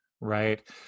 Right